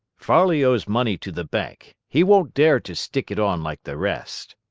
farley owes money to the bank. he won't dare to stick it on like the rest.